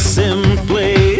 simply